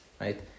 right